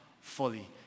fully